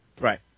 right